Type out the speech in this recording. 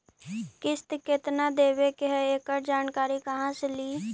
किस्त केत्ना देबे के है एकड़ जानकारी कहा से ली?